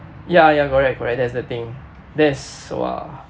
ya ya correct correct that's the thing that's !wah!